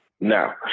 Now